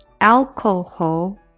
alcohol